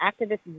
activists